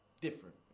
different